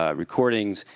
ah recordings,